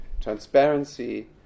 transparency